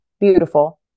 beautiful